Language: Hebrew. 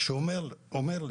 אומר לי: